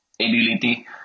ability